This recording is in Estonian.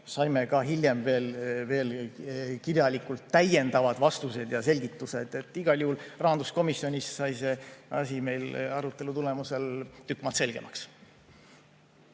saime hiljem veel kirjalikult täiendavad vastused ja selgitused. Igal juhul rahanduskomisjonis sai see asi meil arutelu tulemusel tükk maad selgemaks.